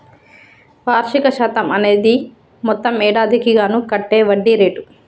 వార్షిక శాతం అనేది మొత్తం ఏడాదికి గాను కట్టే వడ్డీ రేటు